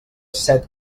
set